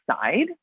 side